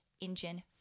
engine